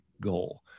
goal